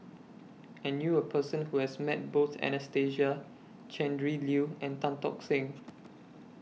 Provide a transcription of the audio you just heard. I knew A Person Who has Met Both Anastasia Tjendri Liew and Tan Tock Seng